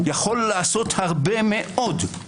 יכול לעשות הרבה מאוד.